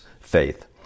faith